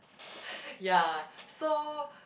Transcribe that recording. ya so